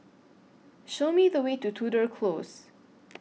Show Me The Way to Tudor Close